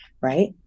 right